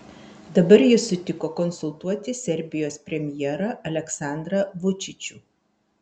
dabar jis sutiko konsultuoti serbijos premjerą aleksandrą vučičių